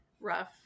rough